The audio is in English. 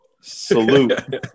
salute